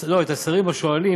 את השרים השואלים.